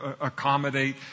accommodate